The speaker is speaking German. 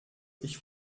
ich